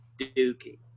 Dookie